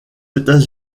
états